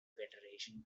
federation